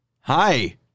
hi